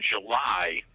July